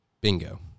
Bingo